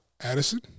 Addison